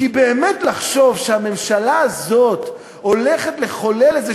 כי באמת לחשוב שהממשלה הזאת הולכת לחולל איזה